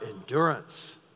endurance